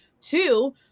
Two